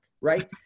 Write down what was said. Right